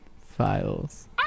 files